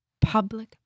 public